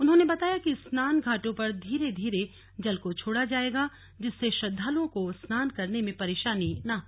उन्होंने बताया कि स्नान घाटों पर धीरे धीरे जल को छोड़ा जाएगा जिससे श्रद्वालुओं को स्नान करने में परेशानी न हो